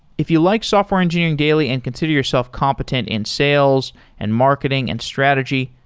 if you like software engineering daily and consider yourself competent in sales and marketing and strategy,